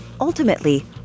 Ultimately